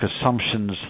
assumptions